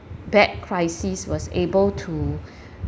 bad crisis was able to